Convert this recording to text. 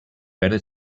better